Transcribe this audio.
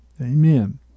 Amen